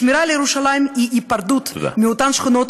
שמירה על ירושלים היא היפרדות מאותן שכונות,